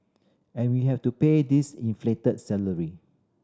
and we have to pay these inflated salary